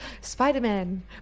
spider-man